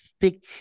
thick